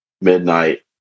midnight